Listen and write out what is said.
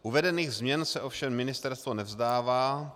Uvedených změn se ovšem ministerstvo nevzdává.